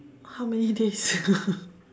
how many days